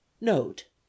note